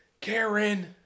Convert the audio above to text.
Karen